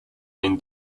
when